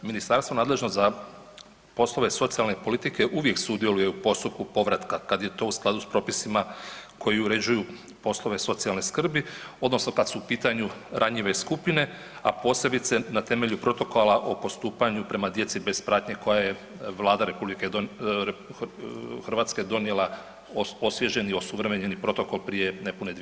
Ministarstvo nadležno za poslove socijalne politike uvijek sudjeluje u postupku povratka kad je to u skladu s propisima koji uređuju poslove socijalne skrbi odnosno kad su u pitanju ranjive skupine, a posebice na temelju protokola o postupanju prema djeci bez pratnje koja je Vlada RH donijela osvježeni, osuvremenjeni protokol prije nepune 2 godine.